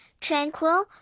tranquil